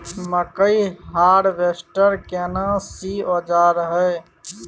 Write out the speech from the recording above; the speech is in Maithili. मकई हारवेस्टर केना सी औजार हय?